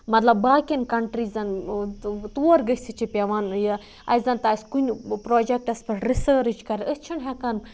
مطلب باقین کَنٹریٖزَن تور گژھِتھ چھِ پیوان یہِ اَسہِ زَن تہِ آسہِ کُنہِ پروجیکٹَس پٮ۪ٹھ رِسٲرٕچ کَرٕنۍ أسۍ چھِنہٕ ہٮ۪کان